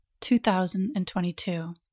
2022